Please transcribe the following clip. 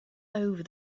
over